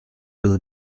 will